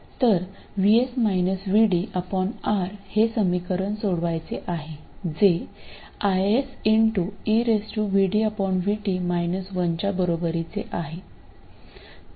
तर R हे समीकरण सोडवायचे आहे जे IS च्या बरोबरीचे आहे